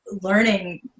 learning